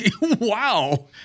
wow